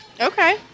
okay